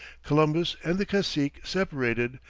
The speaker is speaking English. columbus and the cacique separated,